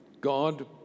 God